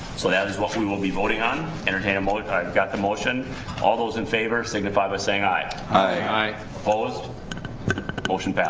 so that is what we will be voting on entertain a multi-time got the motion all those in favor signify by saying aye aye opposed motion